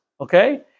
Okay